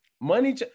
Money